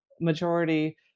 majority